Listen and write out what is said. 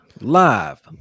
live